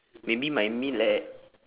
maybe my meal at